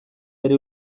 bere